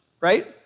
right